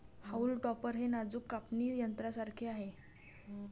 haulm topper हे नाजूक कापणी यंत्रासारखे आहे